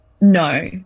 No